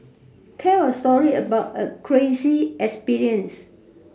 tell a story about a crazy experience